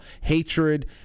hatred